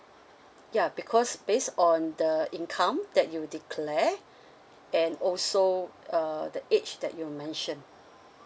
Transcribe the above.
ya because based on the income that you declare and also uh the age that you mentioned